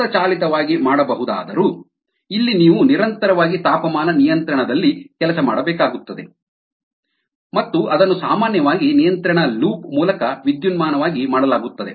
ಹಸ್ತಚಾಲಿತವಾಗಿ ಮಾಡಬಹುದಾದರೂ ಇಲ್ಲಿ ನೀವು ನಿರಂತರವಾಗಿ ತಾಪಮಾನ ನಿಯಂತ್ರಣದಲ್ಲಿ ಕೆಲಸ ಮಾಡಬೇಕಾಗುತ್ತದೆ ಮತ್ತು ಅದನ್ನು ಸಾಮಾನ್ಯವಾಗಿ ನಿಯಂತ್ರಣ ಲೂಪ್ ಮೂಲಕ ವಿದ್ಯುನ್ಮಾನವಾಗಿ ಮಾಡಲಾಗುತ್ತದೆ